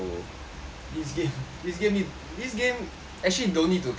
this game this game this game actually you don't need to cash lah